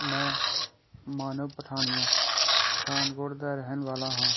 ਮੈਂ ਮਾਨਵ ਪਠਾਣੀਆ ਪਠਾਣਕੋਟ ਦਾ ਰਹਿਣ ਵਾਲਾ ਹਾਂ